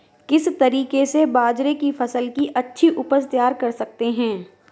किस तरीके से बाजरे की फसल की अच्छी उपज तैयार कर सकते हैं?